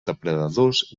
depredadors